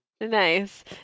Nice